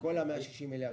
כולל כל ה-160 מיליארד שקל.